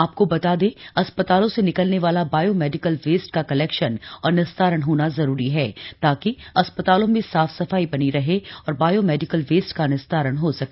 आपको बता दें अस्पतालों से निकलने वाला बायो मेडिकल वेस्ट का कलेक्शन और निस्तारण होना जरूरी है ताकि अस्पतालों में साफ सफाई बनी रहे और बॉयो मेडिकल वेस्ट का निस्तारण हो सके